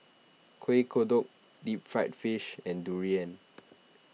Kueh Kodok Deep Fried Fish and Durian